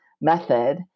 method